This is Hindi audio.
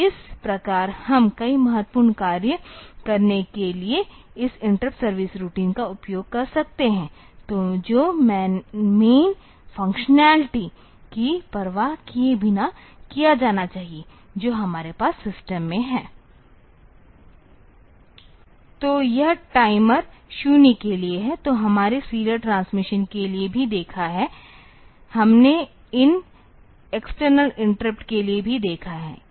तो इस प्रकार हम कई महत्वपूर्ण कार्य करने के लिए इन इंटरप्ट सर्विस रूटीन का उपयोग कर सकते हैं तो जो मैन फंक्शनलिटी की परवाह किए बिना किया जाना चाहिए जो हमारे पास सिस्टम में है तो यह टाइमर 0 के लिए है तो हमने सीरियल ट्रांसमिशन के लिए भी देखा है हमने इन एक्सटर्नल इंटरप्ट के लिए भी देखा है